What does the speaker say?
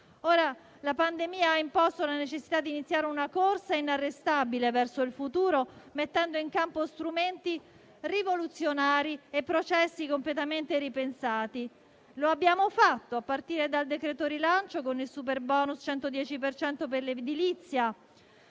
La pandemia ha imposto la necessità di iniziare una corsa inarrestabile verso il futuro mettendo in campo strumenti rivoluzionari e processi completamente ripensati. E lo abbiamo fatto a partire dal decreto-legge rilancio con il superbonus 110 per cento